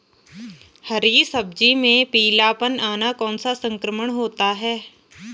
हरी सब्जी में पीलापन आना कौन सा संक्रमण होता है?